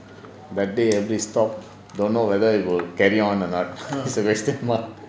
that day every stop don't know whether it will carry on or not it's a question mark